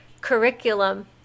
curriculum